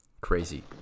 Crazy